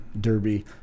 Derby